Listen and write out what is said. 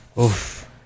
Oof